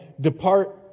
depart